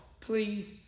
Please